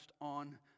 on